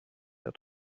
der